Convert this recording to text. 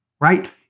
right